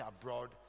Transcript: abroad